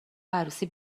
عروسی